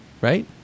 right